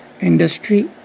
industry